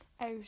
out